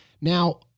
Now